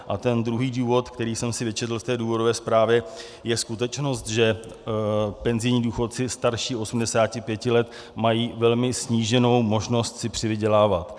A ten druhý důvod, který jsem si vyčetl z důvodové zprávy, je skutečnost, že penzijní důchodci starší 85 let mají velmi sníženou možnost si přivydělávat.